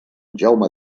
jaume